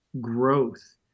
growth